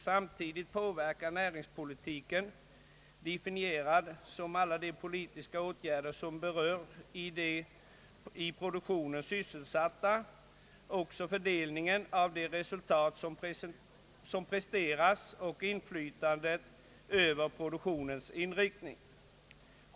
Samtidigt påverkar näringspolitiken, definierad som alla de politiska åtgärder som berör de i produktionen sysselsatta, också fördelningen av de resultat som presteras samt inflytandet över produktionens inriktning.